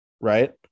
Right